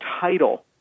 title